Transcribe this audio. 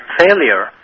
failure